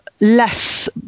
less